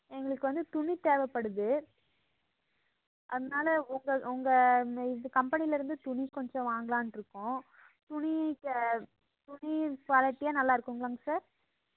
எங்களுக்கு வந்து துணி தேவைப்படுது அதனால் உங்கள் உங்கள் இந்த இது கம்பெனிலேருந்து துணி கொஞ்சம் வாங்கலாம்னு இருக்கோம் துணி துணி குவாலிட்டியாக நல்லா இருக்கும்ங்களாங்க சார்